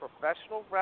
professional